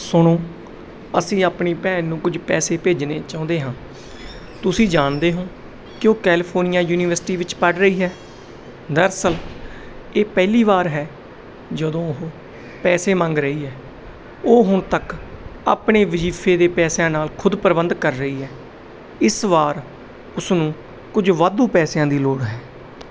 ਸੁਣੋ ਅਸੀਂ ਆਪਣੀ ਭੈਣ ਨੂੰ ਕੁਝ ਪੈਸੇ ਭੇਜਣੇ ਚਾਹੁੰਦੇ ਹਾਂ ਤੁਸੀਂ ਜਾਣਦੇ ਹੋਂ ਕਿ ਉਹ ਕੈਲੀਫੋਰਨੀਆਂ ਯੂਨੀਵਰਸਿਟੀ ਵਿੱਚ ਪੜ੍ਹ ਰਹੀ ਹੈ ਦਰਅਸਲ ਇਹ ਪਹਿਲੀ ਵਾਰ ਹੈ ਜਦੋਂ ਉਹ ਪੈਸੇ ਮੰਗ ਰਹੀ ਹੈ ਉਹ ਹੁਣ ਤੱਕ ਆਪਣੇ ਵਜੀਫੇ ਦੇ ਪੈਸਿਆਂ ਨਾਲ ਖੁਦ ਪ੍ਰਬੰਧ ਕਰ ਰਹੀ ਹੈ ਇਸ ਵਾਰ ਉਸ ਨੂੰ ਕੁਝ ਵਾਧੂ ਪੈਸਿਆਂ ਦੀ ਲੋੜ ਹੈ